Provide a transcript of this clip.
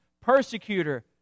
persecutor